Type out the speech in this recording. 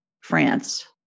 France